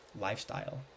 lifestyle